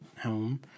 home